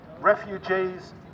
Refugees